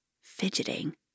fidgeting